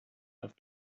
have